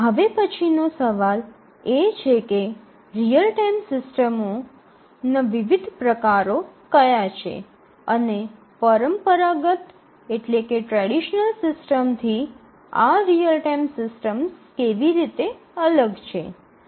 હવે પછીનો સવાલ એ છે કે રીઅલ ટાઇમ સિસ્ટમોનાં વિવિધ પ્રકારો કયા છે અને પરંપરાગત સિસ્ટમથી આ રીઅલ ટાઇમ સિસ્ટમ્સ કેવી રીતે અલગ છે